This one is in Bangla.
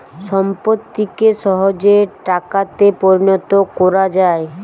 সম্পত্তিকে সহজে টাকাতে পরিণত কোরা যায়